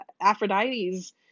Aphrodite's